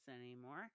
anymore